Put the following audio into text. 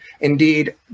Indeed